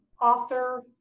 author